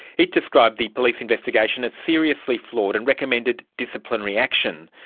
it described the police investigation as seriously flawed and recommended disciplinary action.